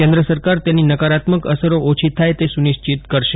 કેન્દ્ર સરકાર તેની નકારાત્મક અસરો ઓછી થાય તે સુનિશ્ચિત કરશે